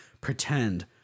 pretend